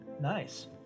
Nice